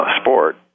sport